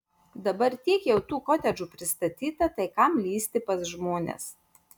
dabar tiek jau tų kotedžų pristatyta tai kam lįsti pas žmones